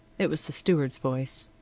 it was the steward's voice.